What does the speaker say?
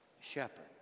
shepherd